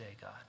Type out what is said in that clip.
God